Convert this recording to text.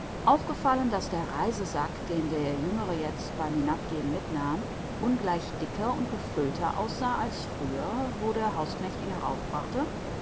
aufgefallen daß der reisesack den der jüngere jetzt beim hinabgehen mitnahm ungleich dicker und gefüllter aussah als früher wo der hausknecht ihn